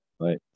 right